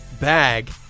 bag